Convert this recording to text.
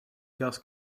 gas